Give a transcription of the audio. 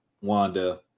wanda